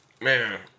man